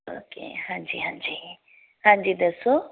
okay ਹਾਂਜੀ ਹਾਂਜੀ ਹਾਂਜੀ ਦੱਸੋ